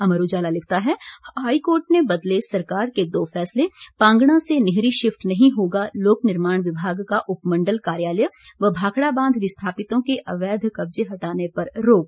अमर उजाला लिखता है high court ने बदले सरकार के दो फैसले पांगणा से निहरी शिफट नहीं होगा लोक निर्माण विभाग का उपमंडल कार्यालय व भाखड़ा बांध विस्थापितों के अवैध कब्जे हटाने पर रोक